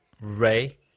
Ray